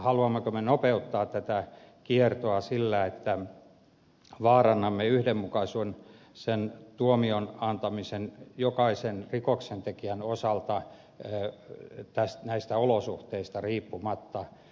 haluammeko me nopeuttaa tätä kiertoa sillä että vaarannamme yhdenmukaisen tuomion antamisen jokaisen rikoksentekijän osalta näistä olosuhteista riippumatta